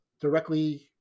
directly